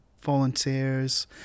volunteers